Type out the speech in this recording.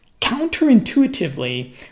Counterintuitively